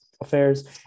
affairs